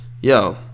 Yo